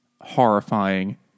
horrifying